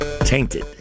Tainted